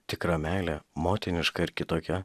tikra meilė motiniška ar kitokia